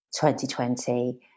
2020